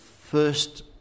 first